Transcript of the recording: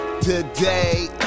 today